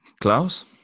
Klaus